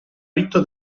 ritto